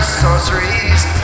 sorceries